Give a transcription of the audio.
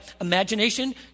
imagination